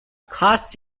class